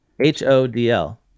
h-o-d-l